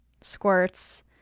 squirts